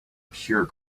pure